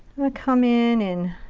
ah come in and